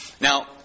Now